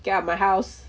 get out of my house